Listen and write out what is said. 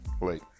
late